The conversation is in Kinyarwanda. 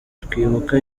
twibuka